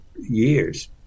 years